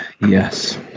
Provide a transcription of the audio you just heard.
Yes